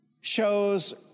shows